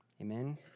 Amen